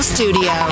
Studio